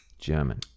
German